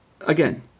again